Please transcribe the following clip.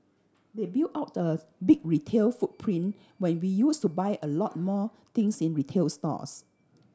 they built out a big retail footprint when we used to buy a lot more things in retail stores